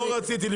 דוידי היינו שם,